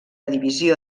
divisió